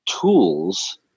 tools